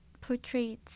portrays